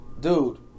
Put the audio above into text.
dude